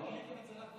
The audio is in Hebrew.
גיליתם את זה רק בסגר?